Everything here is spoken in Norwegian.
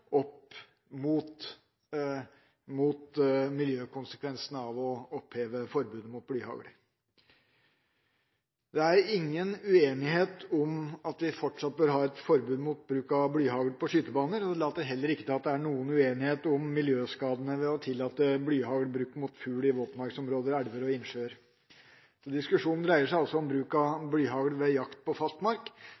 opp mot miljøkonsekvensene av å oppheve forbudet mot blyhagl. Det er ingen uenighet om at vi fortsatt bør ha et forbud mot bruk av blyhagl på skytebaner. Det later heller ikke til å være noe uenighet om miljøskadene ved å tillate blyhagl brukt mot fugl i våtmarksområder, elver og innsjøer. Diskusjonen dreier seg altså om bruk av